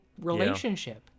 relationship